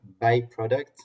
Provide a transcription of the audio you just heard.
byproduct